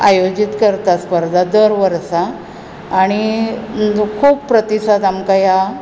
आयोजीत करता स्पर्धा दर वर्सा आनी खूब प्रतिसाद आमकां ह्या